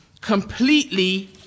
completely